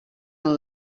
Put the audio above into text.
amb